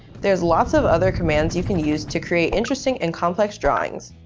there's lots of other commands you can use to create interesting and complex drawings.